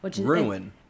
Ruin